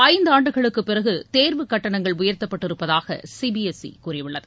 ஐந்தாண்டுகளுக்குப் பிறகு தேர்வு கட்டணங்கள் உயர்த்தப்பட்டிருப்பதாக சி பி எஸ் சி கூறியுள்ளது